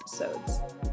episodes